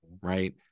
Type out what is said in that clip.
right